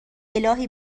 االهی